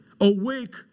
Awake